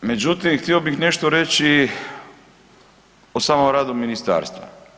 Međutim, htio bih nešto reći o samom radu ministarstva.